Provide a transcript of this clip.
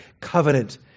covenant